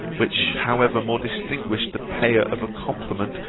which, however, more distinguish the payer of a compliment,